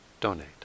donate